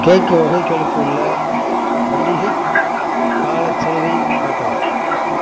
cake வகைகளுக்கு உள்ள பண்டிகைக் காலச் சலுகையை காட்டவும்